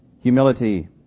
humility